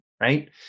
right